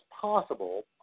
possible